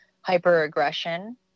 hyper-aggression